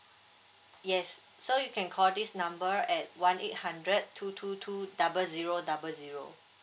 yes so you can call this number at one eight hundred two two two double zero double zero